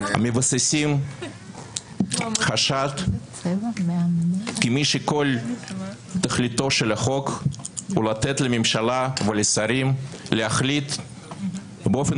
מבססים חשד כי כל תכליתו של החוק הוא לתת לממשלה ולשרים להחליט באופן